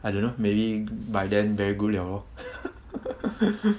I don't know maybe by then very good 了 lor